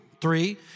Three